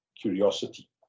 curiosity